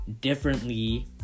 differently